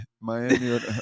miami